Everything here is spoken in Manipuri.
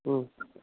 ꯎꯝ